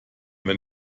wenn